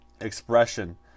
Expression